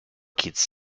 kids